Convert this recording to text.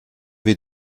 wir